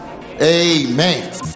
Amen